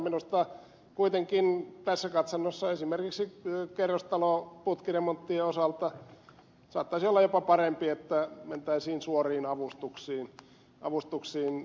minusta kuitenkin tässä katsannossa esimerkiksi kerrostalon putkiremonttien osalta saattaisi olla jopa parempi että mentäisiin suoriin avustuksiin